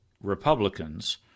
Republicans